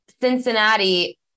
Cincinnati